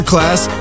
class